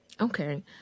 Okay